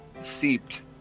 seeped